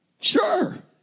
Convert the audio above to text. sure